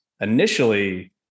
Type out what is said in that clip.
initially